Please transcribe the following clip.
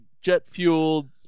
jet-fueled